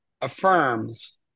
affirms